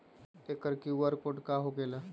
एकर QR code का होकेला?